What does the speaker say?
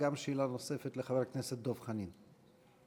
שאלה נוספת לחבר הכנסת דב חנין.